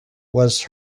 was